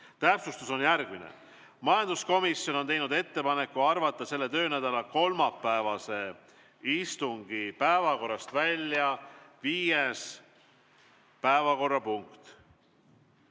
Täpsustus on järgmine: majanduskomisjon on teinud ettepaneku arvata selle töönädala kolmapäevase istungi päevakorrast välja viies päevakorrapunkt,